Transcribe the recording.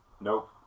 nope